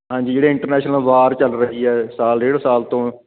ਹਾਂਜੀ ਜਿਹੜੇ international war ਚੱਲ ਰਹੀ ਹੈ ਸਾਲ ਡੇਢ ਸਾਲ ਤੋਂ